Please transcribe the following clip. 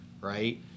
right